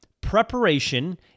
Preparation